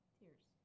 tears